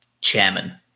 chairman